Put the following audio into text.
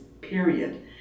period